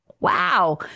Wow